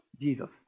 Jesus